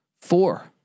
four